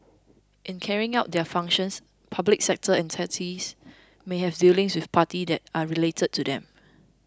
in carrying out their functions public sector entities may have dealings with parties that are related to them